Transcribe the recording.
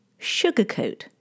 Sugarcoat